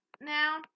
Now